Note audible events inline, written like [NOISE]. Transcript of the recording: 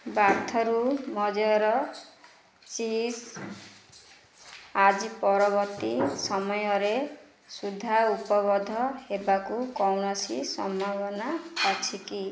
bathroom [UNINTELLIGIBLE] ଚିଜ୍ ସାମଗ୍ରୀ ଆଜି ପରବର୍ତ୍ତୀ ସମୟରେ ସୁଦ୍ଧା [UNINTELLIGIBLE] ହେବାର କୌଣସି ସମ୍ଭାବନା ଅଛି କି